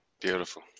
beautiful